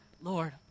lord